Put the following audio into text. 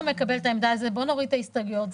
מקבל את העמדה הזאת וביקש להוריד את ההסתייגויות.